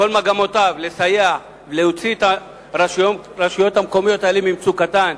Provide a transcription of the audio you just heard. כל מגמותיו לסייע להוציא את הרשויות המקומיות האלה ממצוקתן,